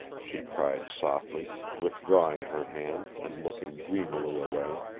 she cried softly, withdrawing her hand, and looking dreamily away,